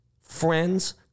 friend's